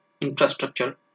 Infrastructure